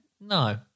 No